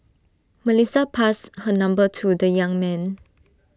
Melissa passed her number to the young man